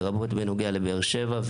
לרבות בנוגע לבאר שבע.